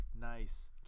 nice